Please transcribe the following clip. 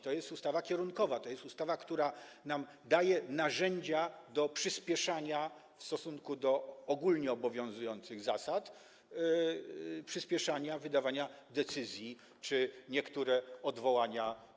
To jest ustawa kierunkowa, to jest ustawa, która nam daje narzędzia do przyspieszania w stosunku do ogólnie obowiązujących zasad, przyspieszania wydawania decyzji, skraca też czas dotyczący niektórych odwołań.